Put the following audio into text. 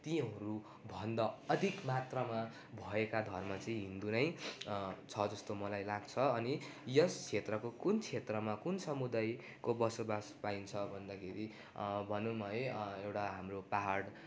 तीहरू भन्दा अधिक मात्रामा भएका धर्म चाहिँ हिन्दू नै छ जस्तो मलाई लाग्छ अनि यस क्षेत्रको कुन क्षेत्रमा कुन समुदायको बसोबासो पाइन्छ भन्दाखेरि भनौँ है एउटा हाम्रो पाहाड